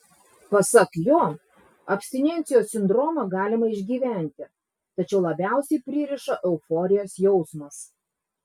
pasak jo abstinencijos sindromą galima išgyventi tačiau labiausiai pririša euforijos jausmas